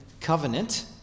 covenant